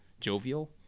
jovial